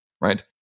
right